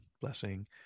blessing